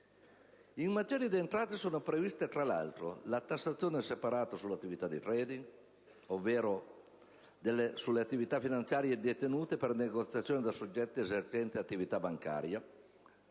In materia di entrate, sono previste, tra l'altro, la tassazione separata sull'attività di *trading*, ovvero sulle attività finanziarie detenute per negoziazione da soggetti esercenti attività bancaria,